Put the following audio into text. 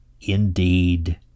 Indeed